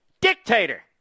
Dictator